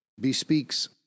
bespeaks